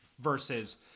versus